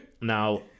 Now